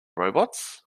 robots